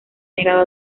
negado